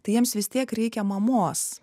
tai jiems vis tiek reikia mamos